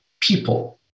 people